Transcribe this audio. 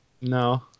No